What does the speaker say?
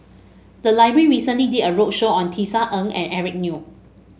the library recently did a roadshow on Tisa Ng and Eric Neo